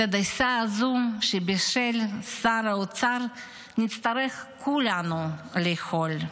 את הדייסה הזו שבישל שר האוצר נצטרך כולנו לאכול.